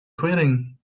quitting